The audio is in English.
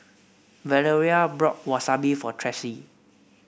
Valeria bought Wasabi for Tressie